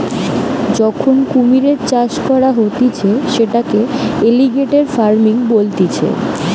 যখন কুমিরের চাষ করা হতিছে সেটাকে এলিগেটের ফার্মিং বলতিছে